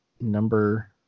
number